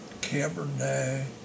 Cabernet